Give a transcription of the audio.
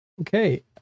Okay